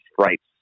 stripes